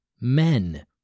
men